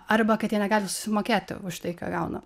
arba kad jie negali susimokėti už tai ką gauna